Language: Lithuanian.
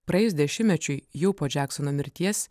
praėjus dešimtmečiui jau po džeksono mirties